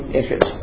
issues